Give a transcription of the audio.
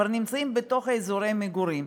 כבר נמצאים בתוך אזורי מגורים.